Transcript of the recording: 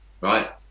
right